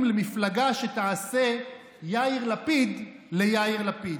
למפלגה שתעשה "יאיר לפיד" ליאיר לפיד.